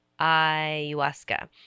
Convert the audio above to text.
Ayahuasca